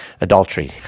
adultery